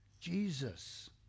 Jesus